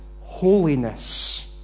holiness